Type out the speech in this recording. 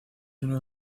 uno